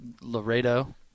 laredo